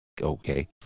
okay